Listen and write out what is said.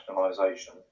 nationalisation